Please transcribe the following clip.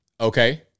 Okay